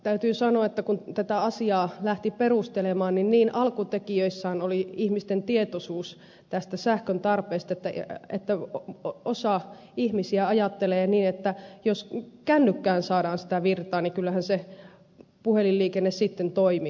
täytyy sanoa että kun tätä asiaa lähti perustelemaan niin niin alkutekijöissään oli ihmisten tietoisuus tästä sähkön tarpeesta että osa ihmisistä ajattelee niin että jos kännykkään saadaan sitä virtaa niin kyllähän se puhelinliikenne sitten toimii